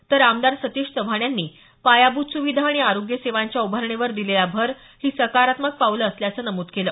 तर आमदार सतीश चव्हाण यांनी पायाभूत सुविधा आणि आरोग्य सेवांच्या उभारणीवर दिलेला भर ही सकारात्मक पावलं असल्याचं नमूद केलं